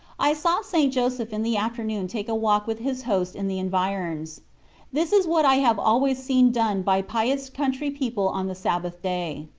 i saw st. joseph in the afternoon take a walk with his host in the environs this is what i have always seen done by pious country people on the sabbath-day.